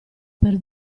per